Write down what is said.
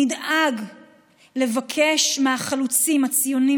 נדאג לבקש מהחלוצים הציונים,